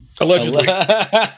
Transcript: allegedly